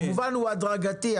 כמובן, הוא הדרגתי.